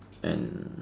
and